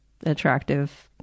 attractive